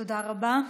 תודה רבה.